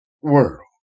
world